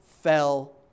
fell